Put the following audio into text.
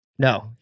No